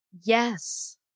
Yes